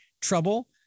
trouble